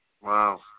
Wow